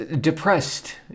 depressed